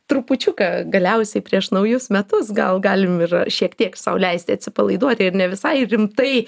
trupučiuką galiausiai prieš naujus metus gal galim ir šiek tiek sau leisti atsipalaiduoti ir ne visai rimtai